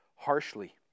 harshly